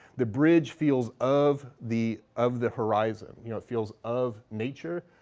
the bridge feels of the of the horizon. you know, it feels of nature.